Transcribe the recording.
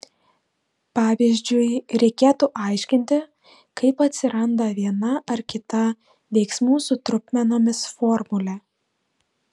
pavyzdžiui reikėtų aiškinti kaip atsiranda viena ar kita veiksmų su trupmenomis formulė